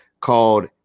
called